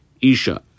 isha